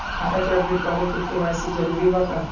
खाता के अपडेट करे ला के.वाइ.सी जरूरी बा का?